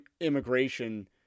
immigration